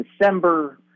December